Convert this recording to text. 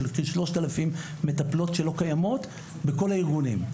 כ-3,000 מטפלות שלא קיימות בכל הארגונים.